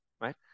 right